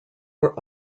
were